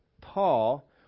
Paul